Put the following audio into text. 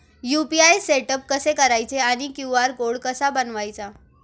UPI setup कसे करायचे आणि क्यू.आर कोड कसा बनवायचा?